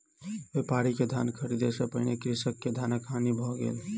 व्यापारी के धान ख़रीदै सॅ पहिने कृषक के धानक हानि भ गेल